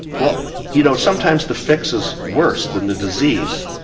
well you know sometimes the fix is worse than the disease.